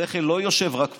השכל לא יושב רק פה.